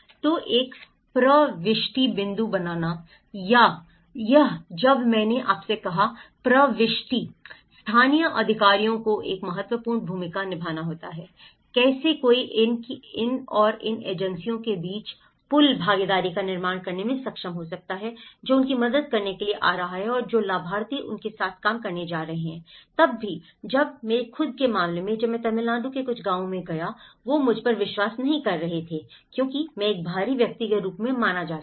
तो एक प्रविष्टि बिंदु बनाना यह है जब मैंने आपसे कहा प्रविष्टि स्थानीय अधिकारियों को एक महत्वपूर्ण भूमिका निभानी होती है कैसे कोई इन और उन एजेंसियों के बीच पुल भागीदारी का निर्माण करने में सक्षम हो सकता है जो उनकी मदद करने के लिए आ रहे हैं और जो लाभार्थी उनके साथ काम करने जा रहे हैं तब भी जब मेरे खुद के मामले में जब मैं तमिलनाडु के कुछ गाँवों में गए वे मुझ पर विश्वास नहीं कर रहे थे क्योंकि मैं एक बाहरी व्यक्ति के रूप में माना जाता था